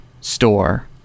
store